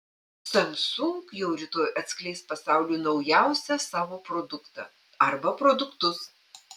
samsung jau rytoj atskleis pasauliui naujausią savo produktą arba produktus